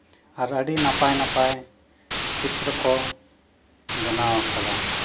ᱟᱨ ᱟᱹᱰᱤ ᱱᱟᱯᱟᱭ ᱱᱟᱯᱟᱭ ᱪᱤᱛᱨᱚ ᱠᱚ ᱵᱮᱱᱟᱣ ᱠᱟᱫᱟ